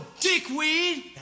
dickweed